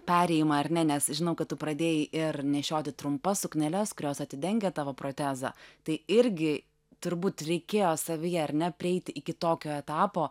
perėjimą ar ne nes žinau kad tu pradėjai ir nešioti trumpas sukneles kurios atidengia tavo protezą tai irgi turbūt reikėjo savyje ar ne prieiti iki tokio etapo